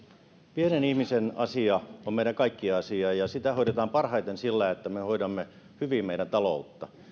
pienen ihmisen asia on meidän kaikkien asia ja sitä hoidetaan parhaiten sillä että me hoidamme hyvin meidän taloutta